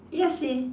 ya seh